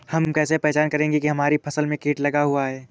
हम कैसे पहचान करेंगे की हमारी फसल में कीट लगा हुआ है?